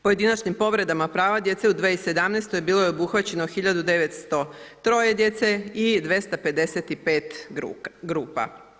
Pojedinačnim povredama prava djece u 2017. bilo je obuhvaćeno 1903 djece i 255 grupa.